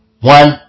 One